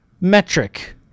metric